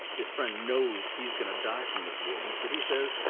his friend knows he's going to die from this wound, but he says,